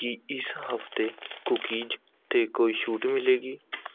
ਕੀ ਇਸ ਹਫ਼ਤੇ ਕੂਕੀਜ਼ 'ਤੇ ਕੋਈ ਛੂਟ ਮਿਲੇਗੀ